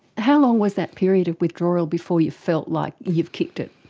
how long was that period of withdrawal before you felt like you've kicked it?